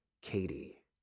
Katie